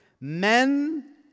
men